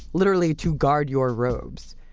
literally to guard your robes.